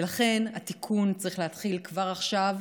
ולכן התיקון צריך להתחיל כבר עכשיו,